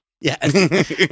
Yes